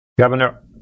Governor